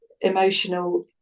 emotional